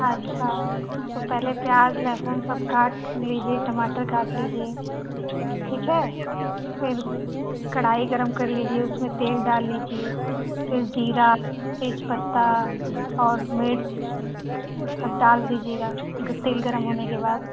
अच्छा तो पहले प्याज लहसुन सब काट लीजिए टमाटर काट लीजिए ठीक है फिर कड़ाही गरम कर लीजिए उसमें तेल डाल लीजिए फिर जीरा तेजपत्ता और मिर्च सब डाल दीजिएगा तेल गरम होने के बाद